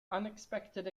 unexpected